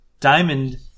Diamond